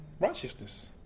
righteousness